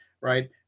right